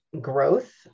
growth